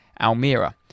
Almira